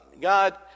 God